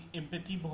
empathy